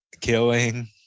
killing